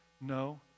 No